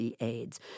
AIDS